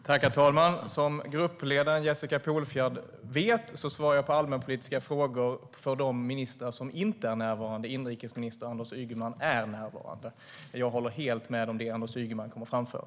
Herr talman! Som gruppledaren Jessica Polfjärd vet svarar jag på allmänpolitiska frågor i stället för de ministrar som inte är närvarande. Inrikesminister Anders Ygeman är här, och jag håller helt med om det som han kommer att framföra.